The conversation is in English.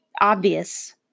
obvious